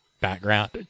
background